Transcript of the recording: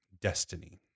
destiny